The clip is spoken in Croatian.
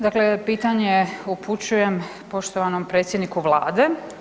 Dakle, pitanje upućujem poštovanom predsjedniku vlade.